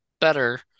better